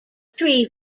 tree